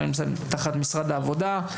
אלא נמצא תחת משרד העבודה,